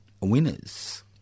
winners